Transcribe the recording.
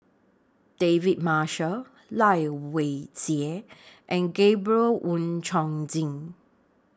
David Marshall Lai Weijie and Gabriel Oon Chong Jin